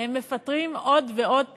מפטרים עוד ועוד טלרים,